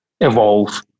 evolve